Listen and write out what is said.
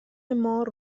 مار